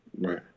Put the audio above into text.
Right